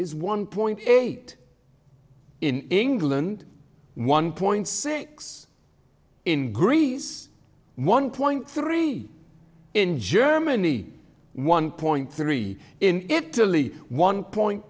is one point eight in england one point six in greece one point three in germany one point three in italy one point